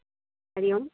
Hari Om